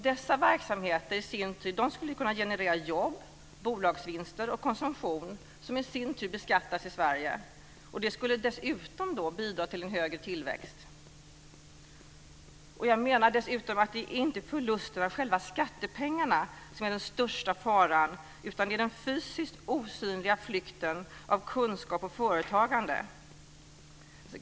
Dessa verksamheter skulle i sin tur kunna generera jobb, bolagsvinster och konsumtion som i sin tur beskattas i Sverige, och det skulle dessutom bidra till en högre tillväxt. Jag menar att det dessutom inte är förlusten av själva skattepengarna som är den största faran, utan det är den fysiskt osynliga flykten av kunskap och företagande.